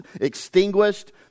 extinguished